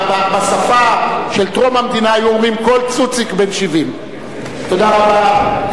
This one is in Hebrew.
בשפה של טרום המדינה היו אומרים: כל צוציק בן 70. תודה רבה.